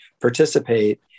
participate